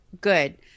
good